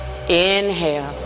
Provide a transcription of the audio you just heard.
Inhale